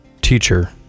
Teacher